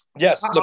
Yes